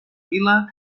vila